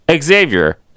Xavier